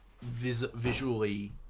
visually